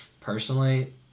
personally